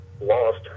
lost